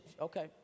okay